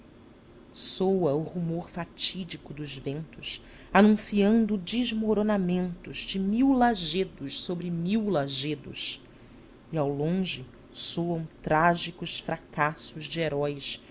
soa o rumor fatídico dos ventos anunciando desmoronamentos de mil lajedos sobre mil lajedos e ao longe soam trágicos fracassos de heróis